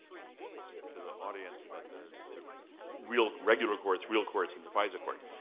to the audience, about the the real, regular courts, real courts and the fisa court,